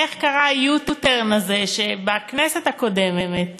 איך קרה ה-U-turn הזה, שבכנסת הקודמת